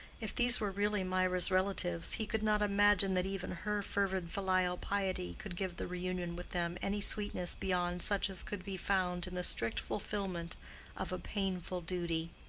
if these were really mirah's relatives, he could not imagine that even her fervid filial piety could give the reunion with them any sweetness beyond such as could be found in the strict fulfillment of a painful duty.